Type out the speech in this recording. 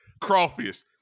crawfish